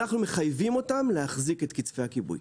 אנחנו מחייבים אותם להחזיק את קצפי הכיבוי.